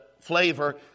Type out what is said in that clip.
flavor